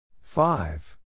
Five